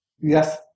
yes